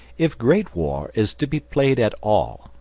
if great war is to be played at all,